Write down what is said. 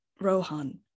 rohan